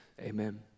Amen